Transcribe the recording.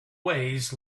ways